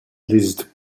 liszt